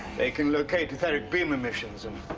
they can locate etheric beam emissions, and.